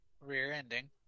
Rear-ending